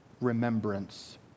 remembrance